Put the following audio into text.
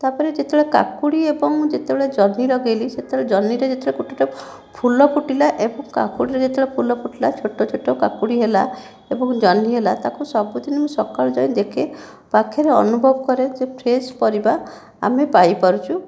ତା'ପରେ ଯେତେବେଳେ କାକୁଡ଼ି ଏବଂ ଯେତେବେଳେ ଜହ୍ନି ଲଗାଇଲି ସେତେବେଳେ ଜହ୍ନିରେ ଯେତେବେଳେ ଗୋଟିଏ ଗୋଟିଏ ଫୁଲ ଫୁଟିଲା ଏବଂ କାକୁଡ଼ିରେ ଯେତେବେଳେ ଫୁଲ ଫୁଟିଲା ଛୋଟ ଛୋଟ କାକୁଡ଼ି ହେଲା ଏବଂ ଜହ୍ନି ହେଲା ତାକୁ ସବୁଦିନ ମୁଁ ସକାଳୁ ଯାଇକି ଦେଖେ ପାଖରେ ଅନୁଭବ କରେ ଯେ ଫ୍ରେଶ୍ ପରିବା ଆମେ ପାଇପାରୁଛୁ